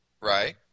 Right